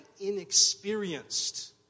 inexperienced